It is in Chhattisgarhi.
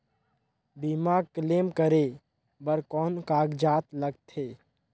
बीमा क्लेम करे बर कौन कागजात लगथे?